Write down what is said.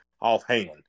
offhand